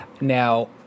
Now